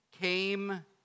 came